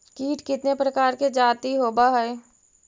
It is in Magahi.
कीट कीतने प्रकार के जाती होबहय?